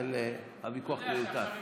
לכן הוויכוח מיותר.